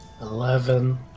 Eleven